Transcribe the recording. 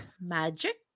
magic